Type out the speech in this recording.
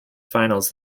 finals